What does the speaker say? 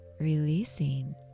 releasing